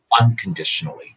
unconditionally